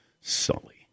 Sully